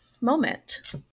moment